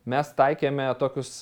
mes taikėme tokius